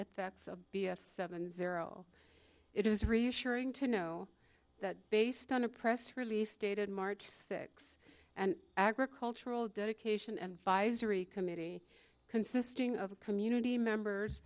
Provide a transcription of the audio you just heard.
effects of b f seven zero it is reassuring to know that based on a press release dated march six and agricultural dedication and pfizer a committee consisting of community members